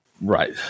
Right